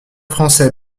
français